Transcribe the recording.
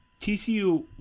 TCU